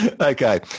Okay